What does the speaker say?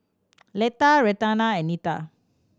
Letha Renata and Nita